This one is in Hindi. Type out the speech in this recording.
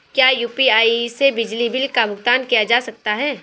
क्या यू.पी.आई से बिजली बिल का भुगतान किया जा सकता है?